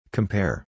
Compare